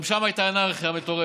גם שם הייתה אנרכיה מטורפת,